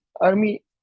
army